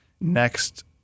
next